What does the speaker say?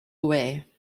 away